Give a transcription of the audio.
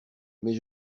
mais